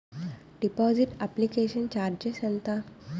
Deposit application charges ఎంత?